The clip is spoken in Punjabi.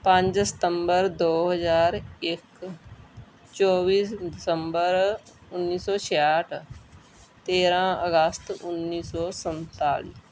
ਪੰਜ ਸਤੰਬਰ ਦੋ ਹਜ਼ਾਰ ਇੱਕ ਚੌਵੀ ਦਸੰਬਰ ਉੱਨੀ ਸੌ ਛੇਆਹਠ ਤੇਰਾਂ ਅਗਸਤ ਉੱਨੀ ਸੌ ਸੰਤਾਲੀ